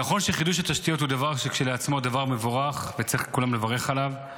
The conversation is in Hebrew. נכון שחידוש התשתיות הוא דבר מבורך כשלעצמו וכולם צריכים לברך עליו,